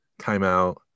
timeout